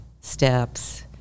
steps